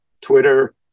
Twitter